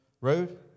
road